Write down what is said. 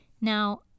Now